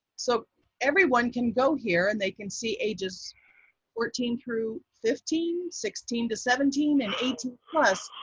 so everyone can go here, and they can see ages fourteen through fifteen, sixteen to seventeen, and eighteen plus.